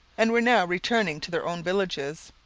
and were now returning to their own villages.